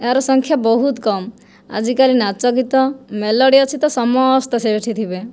ଏହାର ସଂଖ୍ୟା ବହୁତ କମ ଆଜିକାଲି ନାଚଗୀତ ମେଲୋଡ଼ି ଅଛି ତ ସମସ୍ତେ ସେଇଠି ଥିବେ